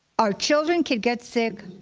our children can get sick,